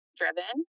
driven